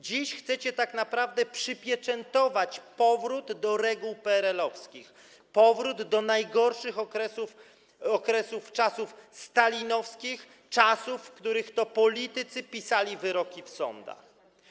Dziś chcecie tak naprawdę przypieczętować powrót do reguł PRL-u, powrót do najgorszych okresów, do czasów stalinowskich, czasów, w których to politycy pisali wyroki w sądach.